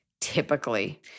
typically